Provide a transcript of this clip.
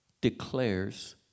declares